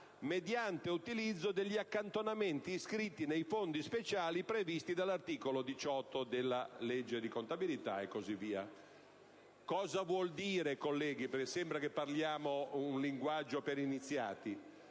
«mediante utilizzo degli accantonamenti iscritti nei fondi speciali previsti dall'articolo 18» della legge di contabilità. Cosa vuol dire, colleghi (perché sembra che parliamo un linguaggio per iniziati)?